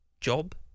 job